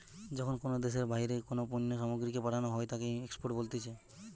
যখন কোনো দ্যাশের বাহিরে কোনো পণ্য সামগ্রীকে পাঠানো হই তাকে এক্সপোর্ট বলে